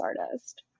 artist